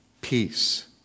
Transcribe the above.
Peace